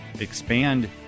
expand